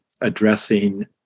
addressing